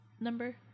number